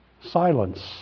silence